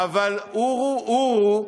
אבל עורו-עורו,